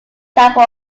chapel